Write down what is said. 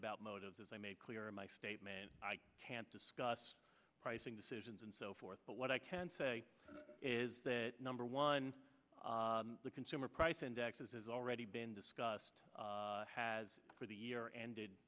about motives as i make clear in my statement i can't discuss pricing decisions and so forth but what i can say is that number one the consumer price index is already been discussed has for the year ended